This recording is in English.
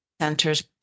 centers